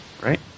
right